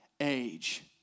age